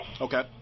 Okay